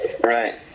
Right